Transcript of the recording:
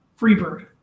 Freebird